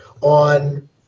on